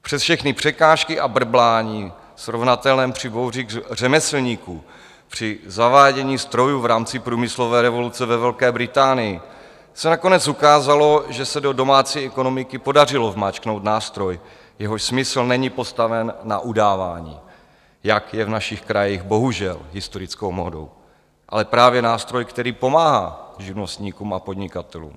Přes všechny překážky a brblání srovnatelné při bouřích řemeslníků při zavádění strojů v rámci průmyslové revoluce ve Velké Británii se nakonec ukázalo, že se do domácí ekonomiky podařilo vmáčknout nástroj, jehož smysl není postaven na udávání, jak je v našich krajích bohužel historickou módou, ale právě nástroj, který pomáhá živnostníkům a podnikatelům.